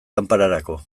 lanpararako